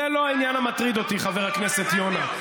זה לא העניין המטריד אותי, חבר הכנסת יונה.